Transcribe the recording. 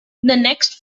next